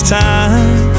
time